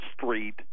Street